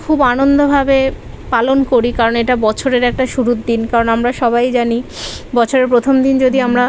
খুব আনন্দভাবে পালন করি কারণ এটা বছরের একটা শুরুর দিন কারণ আমরা সবাই জানি বছরের প্রথম দিন যদি আমরা